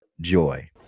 joy